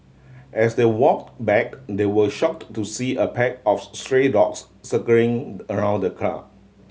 as they walked back they were shocked to see a pack of stray dogs circling around the car